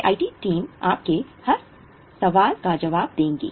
हम आपकी तरफ से हर सवाल का जवाब देंगे